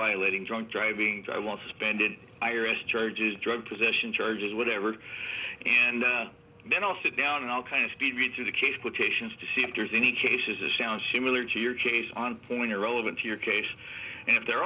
violating drunk driving i want to spend an iris charges drug possession charges whatever and then i'll sit down and i'll kind of speed read through the case quotations to see if there's any cases a sound similar to your case on point relevant to your case and if there